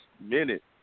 minute